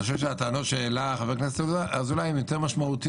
אני חושב שהטענות שהעלה חבר הכנסת אזולאי הן יותר משמעותיות